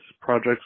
projects